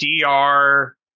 dr